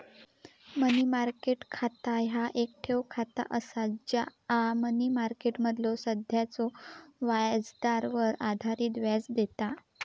मनी market खाता ह्या येक ठेव खाता असा जा मनी मार्केटमधलो सध्याच्यो व्याजदरावर आधारित व्याज देता